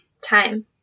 time